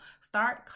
Start